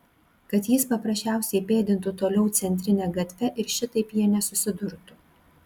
kad jis paprasčiausiai pėdintų toliau centrine gatve ir šitaip jie nesusidurtų